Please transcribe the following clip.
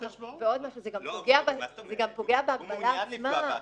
הוא מעוניין לפגוע באחרים.